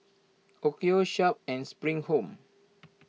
Onkyo Sharp and Spring Home